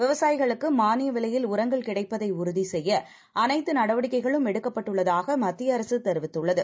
விவசாயிகளுக்குமானியவிலையில்உரங்கள்கிடைப்பதைஉறுதிசெய்ய அனைத்துநடவடிக்கைகளும்எடுக்கப்பட்டுள்ளதாகமத்தியஅரசுதெரிவி த்துள்ளது